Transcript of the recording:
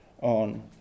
on